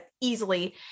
easily